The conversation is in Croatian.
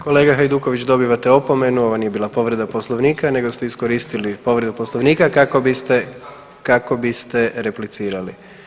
Kolega Hajduković, dobivate opomenu, ovo nije bila povreda Poslovnika nego ste iskoristili povredu Poslovnika kako biste, kako biste replicirali.